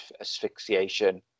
asphyxiation